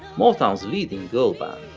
motown's leading girl band.